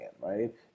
right